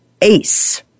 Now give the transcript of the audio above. ace